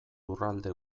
lurralde